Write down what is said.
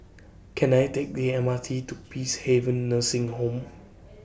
Can I Take The M R T to Peacehaven Nursing Home